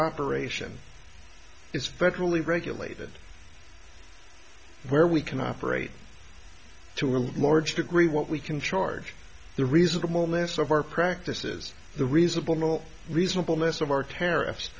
operation is federally regulated where we can operate to a large degree what we can charge the reasonable mist of our practices the reasonable reasonableness of our t